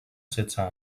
setze